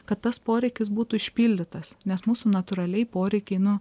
kad tas poreikis būtų išpildytas nes mūsų natūraliai poreikiai nu